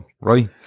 right